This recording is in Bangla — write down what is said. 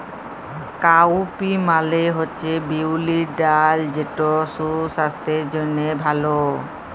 কাউপি মালে হছে বিউলির ডাল যেট সুসাস্থের জ্যনহে ভাল